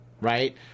right